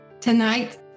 tonight